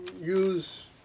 use